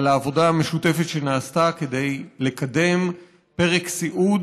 על העבודה המשותפת שנעשתה כדי לקדם פרק סיעוד